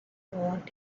want